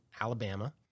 Alabama